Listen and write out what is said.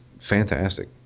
fantastic